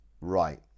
Right